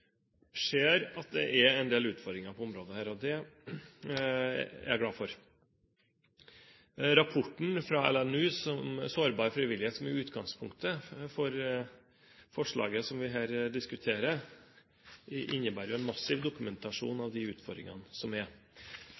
området, og det er jeg glad for. Rapporten fra LNU, Sårbar frivillighet, som er utgangspunktet for forslaget som vi diskuterer her, innebærer en massiv dokumentasjon av de utfordringene som er.